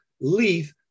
leaf